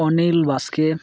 Anil Baske